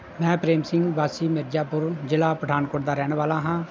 ਮੈਂ ਪ੍ਰੇਮ ਸਿੰਘ ਵਾਸੀ ਮਿਰਜ਼ਾਪੁਰ ਜ਼ਿਲ੍ਹਾ ਪਠਾਨਕੋਟ ਦਾ ਰਹਿਣ ਵਾਲਾ ਹਾਂ